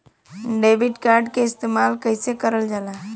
Debit card के इस्तेमाल कइसे करल जाला?